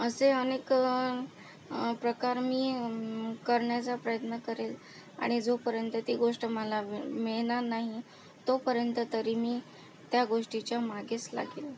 असे अनेक प्रकार मी करण्याचा प्रयत्न करेन आणि जोपर्यंत ती गोष्ट मला मिळणार नाही तोपर्यंत तरी मी त्या गोष्टीच्या मागेच लागेन